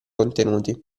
contenuti